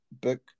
book